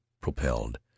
propelled